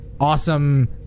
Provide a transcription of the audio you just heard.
awesome